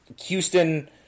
Houston